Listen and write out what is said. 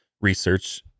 research